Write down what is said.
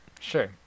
Sure